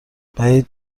بعید